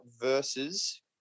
versus